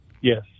yes